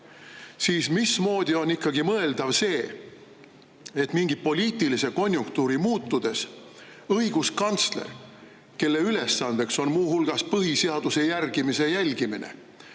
siis mismoodi on ikkagi mõeldav see, et mingi poliitilise konjunktuuri muutudes õiguskantsler, kelle ülesanne on muu hulgas jälgida põhiseaduse järgimist, ütleb,